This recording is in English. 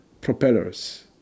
propellers